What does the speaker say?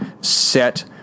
set